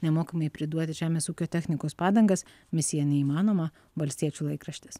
nemokamai priduoti žemės ūkio technikos padangas misija neįmanoma valstiečių laikraštis